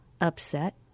upset